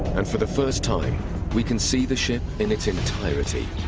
and for the first time we can see the ship in its entirety.